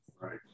Right